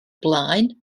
blaen